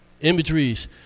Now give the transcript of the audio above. imageries